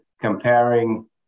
comparing